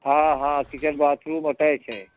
हाँ हाँ kitchen bathroom attach है